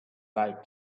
like